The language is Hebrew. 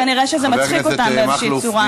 כנראה זה מצחיק אותם באיזושהי צורה.